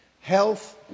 health